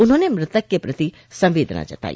उन्होंने मृतक के प्रति संवेदना जताई